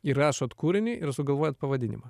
įrašot kūrinį ir sugalvojat pavadinimą